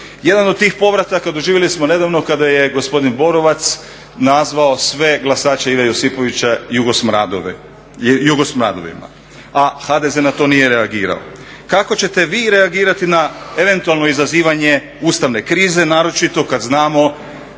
Jedan od tih povrataka doživjeli smo nedavno kada je gospodin Borovac nazvao sve glasače Ive Josipovića jugosmradovima, a HDZ na to nije reagirao. Kako ćete vi reagirati na eventualno izazivanje ustavne krize, naročito kad znamo